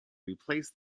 replace